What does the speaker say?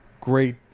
great